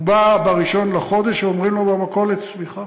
הוא בא בראשון לחודש, אומרים לו במכולת: סליחה,